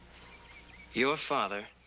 your father.